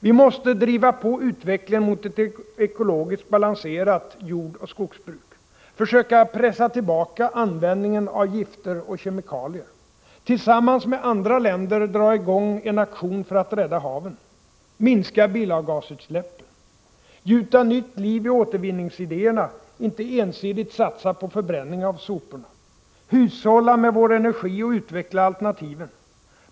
Vi måste — driva på utvecklingen mot ett ekologiskt balanserat jordoch skogsbruk, —- försöka pressa tillbaka användningen av gifter och kemikalier, —- tillsammans med andra länder dra i gång en aktion för att rädda haven, — gjuta nytt liv i återvinningsidéerna, inte ensidigt satsa på förbränning av soporna, — hushålla med vår energi och utveckla alternativen.